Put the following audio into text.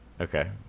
okay